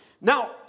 Now